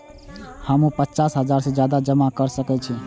हमू पचास हजार से ज्यादा जमा कर सके छी?